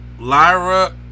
lyra